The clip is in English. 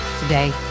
Today